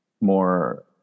more